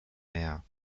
meer